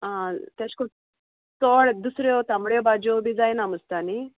आ ते कर चड दुसऱ्यो तांबड्यो भाजयो बी जायना मुसता न्ही